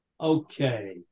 Okay